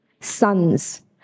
sons